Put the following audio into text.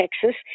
Texas